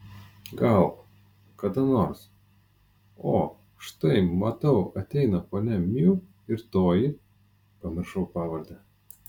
gal kada nors o štai matau ateina ponia miu ir toji pamiršau pavardę